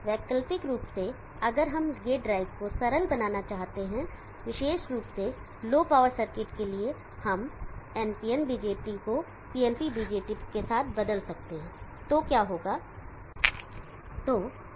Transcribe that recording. वैकल्पिक रूप से अगर हम गेट ड्राइव को सरल बनाना चाहते हैं विशेष रूप से लो पावर सर्किट के लिए हम NPN BJT को PNP BJT के साथ बदल सकते हैं तो क्या होता है